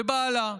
ובעלה,